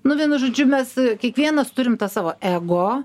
nu vienu žodžiu mes kiekvienas turim tą savo ego